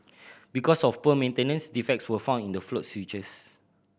because of poor maintenance defects were found in the float switches